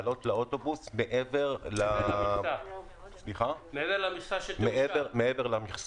לעלות לאוטובוס מעבר למכסה שתאושר.